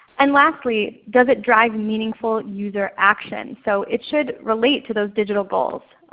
and lastly, does it drive meaningful user action? so it should relate to those digital goals.